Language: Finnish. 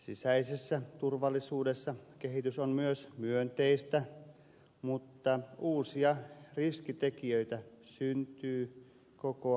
sisäisessä turvallisuudessa kehitys on myös myönteistä mutta uusia riskitekijöitä syntyy koko ajan